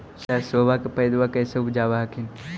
सरसोबा के पायदबा कैसे उपजाब हखिन?